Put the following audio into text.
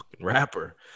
Rapper